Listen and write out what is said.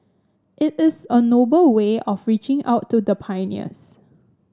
it is a noble way of reaching out to the pioneers